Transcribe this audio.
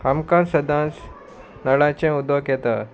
आमकां सदांच नळाचें उदक येता